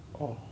orh